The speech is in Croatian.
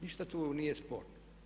Ništa tu nije sporno.